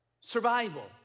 Survival